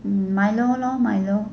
milo lor milo